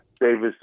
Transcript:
Davis